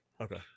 Okay